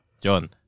John